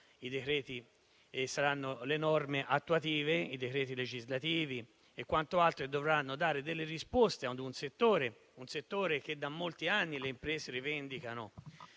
i decreti, le norme attuative, i decreti legislativi e quant'altro, che dovranno dare risposte a un settore che da molti anni le imprese rivendicano